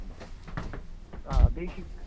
آ بیٚیہِ چھُے